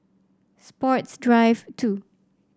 Sports Drive Two